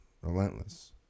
Relentless